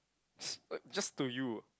s~ uh just to you